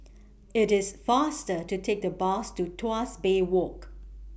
IT IS faster to Take The Bus to Tuas Bay Walk